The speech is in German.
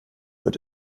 wird